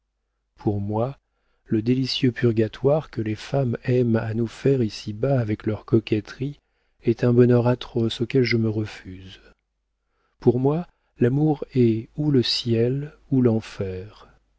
pour moi le délicieux purgatoire que les femmes aiment à nous faire ici bas avec leur coquetterie est un bonheur atroce auquel je me refuse pour moi l'amour est ou le ciel ou l'enfer